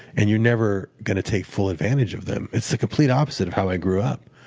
and you're never going to take full advantage of them. it's the complete opposite of how i grew up,